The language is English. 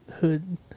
Hood